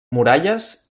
muralles